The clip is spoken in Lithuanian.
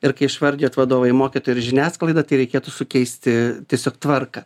ir kai išvardijot vadovai mokytojai ir žiniasklaida tai reikėtų sukeisti tiesiog tvarką